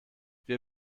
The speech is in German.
wir